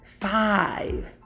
Five